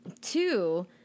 Two